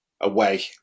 away